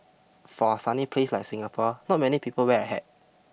for a sunny place like Singapore not many people wear a hat